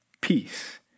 peace